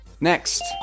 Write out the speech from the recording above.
Next